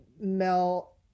Mel